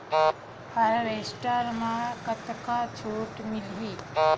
Harvester म कतका छूट मिलही?